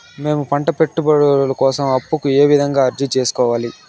మేము పంట పెట్టుబడుల కోసం అప్పు కు ఏ విధంగా అర్జీ సేసుకోవాలి?